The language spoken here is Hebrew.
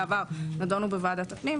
בוודאי שאפשרי.